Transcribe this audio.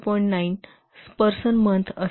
9 person month असेल